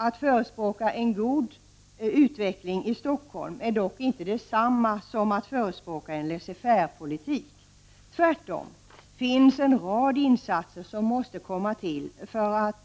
Att förespråka en god utveckling i Stockholm är dock inte detsamma som att förespråka en laissez-faire-politik. Tvärtom är det en rad insatser som måste till för att